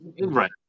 Right